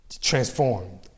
transformed